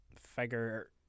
figure